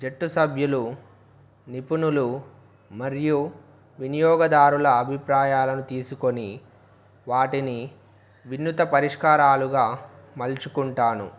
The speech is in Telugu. జట్టు సభ్యులు నిపుణులు మరియు వినియోగదారుల అభిప్రాయాలను తీసుకుని వాటిని వినూత్న పరిష్కారాలుగా మలుచుకుంటాను